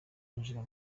yinjira